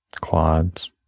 quads